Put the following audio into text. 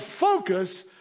focus